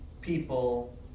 people